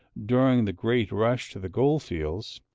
during the great rush to the gold fields,